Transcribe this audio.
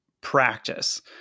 practice